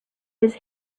his